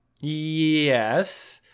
Yes